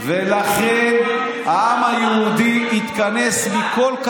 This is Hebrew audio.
בגלל שאנחנו מאמינים בו,